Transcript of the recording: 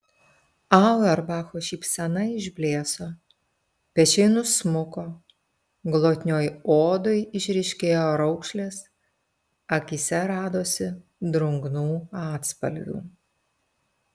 auerbacho šypsena išblėso pečiai nusmuko glotnioj odoj išryškėjo raukšlės akyse radosi drungnų atspalvių